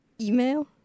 email